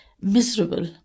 miserable